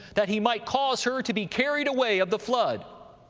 that he might cause her to be carried away of the flood.